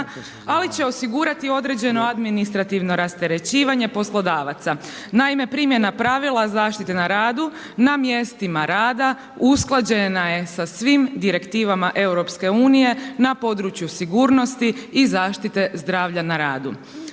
ali će osigurati određeno administrativno rasterećivanje poslodavaca. Naime primjena pravila zaštite na radu na mjestima rada usklađena je sa svim direktivama EU na području sigurnosti i zaštite zdravlja na radu.